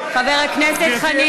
גברתי היושבת-ראש,